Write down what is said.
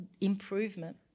improvement